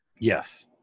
Yes